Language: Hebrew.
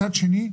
מצד שני,